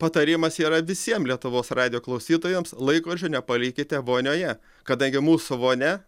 patarimas yra visiem lietuvos radijo klausytojams laikrodžio nepalikite vonioje kadangi mūsų vonia